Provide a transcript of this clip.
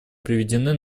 приведены